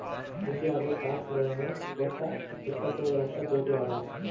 ಇಂಡಿಯಾದು tax revenue ವಟ್ಟ ಇಪ್ಪತ್ತೇಳು ಲಕ್ಷ ಕೋಟಿ ಅದಾ